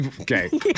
Okay